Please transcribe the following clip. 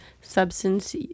substance